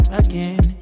again